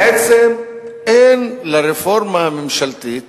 בעצם אין לרפורמה הממשלתית